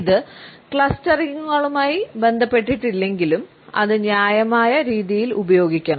ഇത് ക്ലസ്റ്ററിംഗുകളുമായി ബന്ധപ്പെട്ടിട്ടില്ലെങ്കിലും അത് ന്യായമായ രീതിയിൽ ഉപയോഗിക്കണം